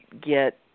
get